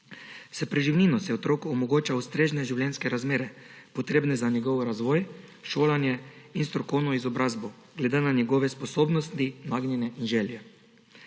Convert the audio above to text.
S preživnino se otroku omogočajo ustrezne življenjske razmere, potrebne za njegov razvoj, šolanje in strokovno izobrazbo glede na njegove sposobnosti, nagnjenje in želje.